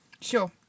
Sure